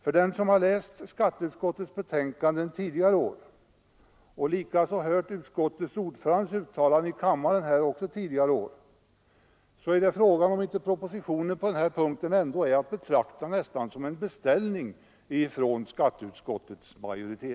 För den som har läst skatteutskottets betänkanden och likaså hört utskottets ordförandes uttalande i kammaren tidigare år framstår emellertid propositionen på denna punkt närmast som en beställning från skatteutskottets majoritet.